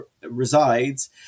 resides